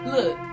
Look